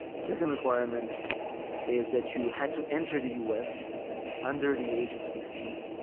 the second requirement is that you had to enter the us under the age of sixteen.